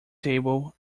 table